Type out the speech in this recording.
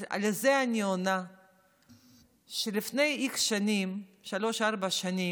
אז לזה אני עונה שלפני x שנים, שלוש-ארבע שנים,